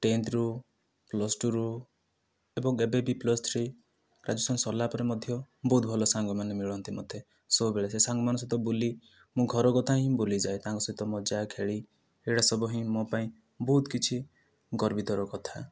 ଟେନଥ୍ରୁ ପ୍ଲସ୍ଟୁରୁ ଏବଂ ଏବେ ବି ପ୍ଲସ୍ଥ୍ରୀ ଗ୍ରାଜୁଏସନ୍ ସରିଲା ପରେ ମଧ୍ୟ ବହୁତ ଭଲ ସାଙ୍ଗମାନେ ମିଳନ୍ତି ମୋତେ ସବୁବେଳେ ସେ ସାଙ୍ଗମାନଙ୍କ ସହିତ ବୁଲି ମୁଁ ଘର କଥା ହିଁ ଭୁଲିଯାଏ ତାଙ୍କ ସହ ମଜା ଖେଳି ଏଇଟା ସବୁ ହିଁ ମୋ' ପାଇଁ ବହୁତ କିଛି ଗର୍ବିତର କଥା